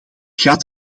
gaat